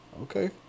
Okay